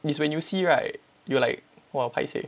is when you see right you like !wah! paiseh